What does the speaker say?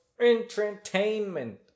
entertainment